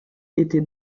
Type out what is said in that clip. était